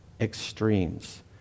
extremes